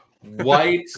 white